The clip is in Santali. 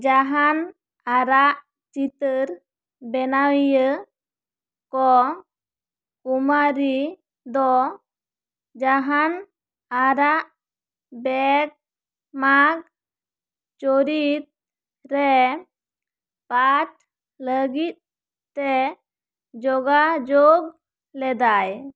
ᱡᱟᱦᱟᱱ ᱟᱨᱟᱜ ᱪᱤᱛᱟᱹᱨ ᱵᱮᱱᱟᱣᱤᱭᱟᱹ ᱠᱚ ᱠᱩᱢᱟᱨᱤ ᱫᱚ ᱡᱟᱦᱟᱱ ᱟᱨᱟᱜ ᱵᱮᱜᱽ ᱢᱟᱜ ᱪᱚᱨᱤᱛ ᱨᱮ ᱯᱟᱴ ᱞᱟᱹᱜᱤᱫ ᱛᱮ ᱡᱳᱜᱟᱡᱳᱜᱽ ᱞᱮᱫᱟᱭ